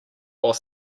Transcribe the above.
while